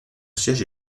siège